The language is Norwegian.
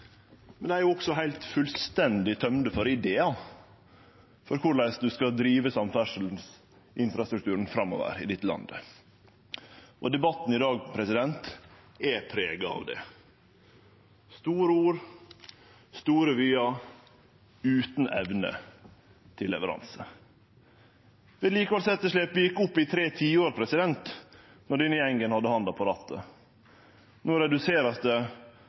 dei er også heilt fullstendig tømde for idear for korleis ein skal drive samferdselsinfrastrukturen framover i dette landet. Debatten i dag er prega av det: store ord, store vyar, utan evne til leveranse. Vedlikehaldsetterslepet gjekk opp i tre tiår medan den gjengen hadde handa på rattet. No vert det